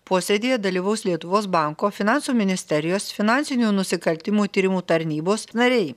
posėdyje dalyvaus lietuvos banko finansų ministerijos finansinių nusikaltimų tyrimų tarnybos nariai